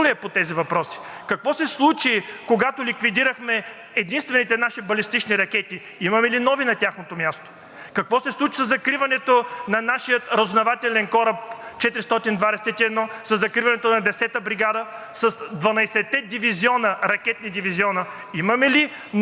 Какво се случи със закриването на нашия Разузнавателен кораб № 421, със закриването на Десета бригада, с 12-те ракетни дивизиона? Имаме ли нови сили на тяхно място? Затова казвам, че трябва да сме много внимателни, когато коментираме тези възможности.